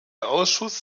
ausschuss